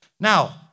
Now